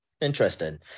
Interesting